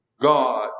God